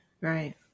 right